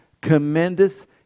commendeth